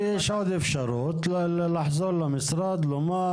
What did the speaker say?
ויש עוד אפשרות והיא לחזור למשרד ולומר: